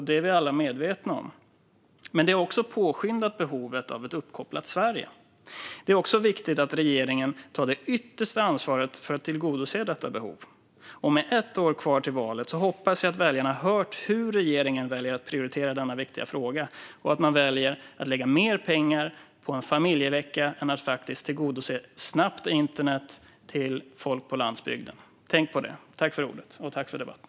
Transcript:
Det är vi alla medvetna om. Men den har också påskyndat behovet av ett uppkopplat Sverige. Det är viktigt att regeringen tar det yttersta ansvaret för att tillgodose detta behov. Med ett år kvar till valet hoppas jag att väljarna har hört hur regeringen väljer att prioritera denna viktiga fråga och att man väljer att lägga mer pengar på en familjevecka än på att faktiskt tillgodose snabbt internet till folk på landsbygden. Tänk på det! Tack för ordet, och tack för debatten!